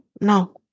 No